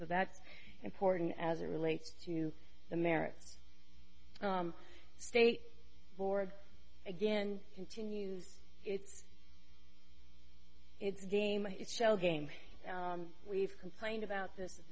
so that's important as it relates to the merits state board again continues its its game its shell game we've complained about this